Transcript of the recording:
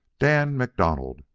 dan macdonald,